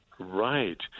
Right